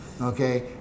Okay